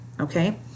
Okay